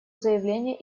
заявление